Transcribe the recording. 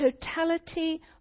totality